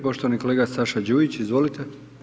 Poštovani kolega Saša Đujić, izvolite.